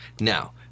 now